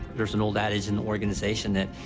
there's an old adage in the organization that,